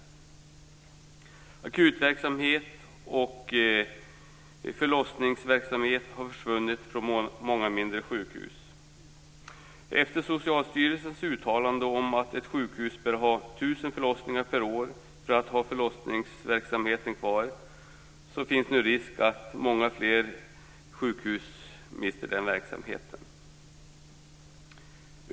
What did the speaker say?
Akutverksamhet och förlossningsverksamhet har försvunnit från många mindre sjukhus. Efter Socialstyrelsens uttalande om att ett sjukhus bör ha 1 000 förlossningar per år för att ha förlossningsverksamheten kvar finns nu risk för att många fler sjukhus mister den verksamheten.